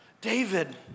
David